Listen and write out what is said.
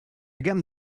gamme